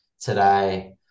today